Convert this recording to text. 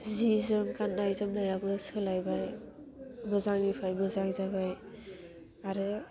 जि जोम गाननाय जोमनायाबो सोलायबाय मोजांनिफ्राय मोजां जाबाय आरो